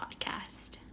Podcast